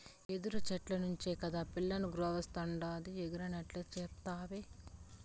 యెదురు చెట్ల నుంచే కాదా పిల్లనగ్రోవస్తాండాది ఎరగనట్లే సెప్తావే